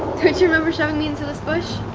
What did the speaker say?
don't you remember shoving me into this bush?